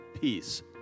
peace